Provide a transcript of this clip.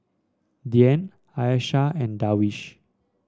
Dian Aishah and Darwish